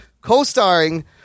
co-starring